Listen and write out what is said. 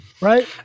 right